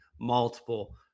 multiple